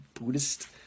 Buddhist-